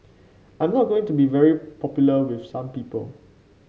I am not going to be very popular with some people